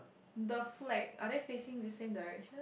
the flag are they facing the same direction